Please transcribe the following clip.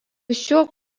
šiuo